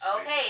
okay